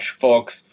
folks